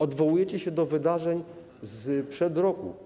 Odwołujecie się do wydarzeń sprzed roku.